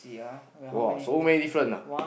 !wah! so many different ah